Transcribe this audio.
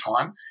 time